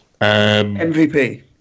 MVP